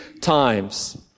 times